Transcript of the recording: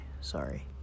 Sorry